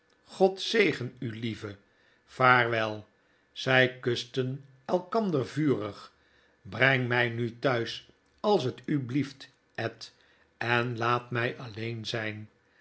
god zegen u lieve vaarwel zij kusten elkander vurig breng mij nu thuis als t u blieft ed en laat my alleen zyn